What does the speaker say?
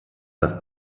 das